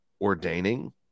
ordaining